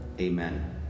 Amen